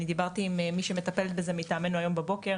אני דיברתי עם מי שמטפלת בזה מטעמינו היום בבוקר